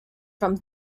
from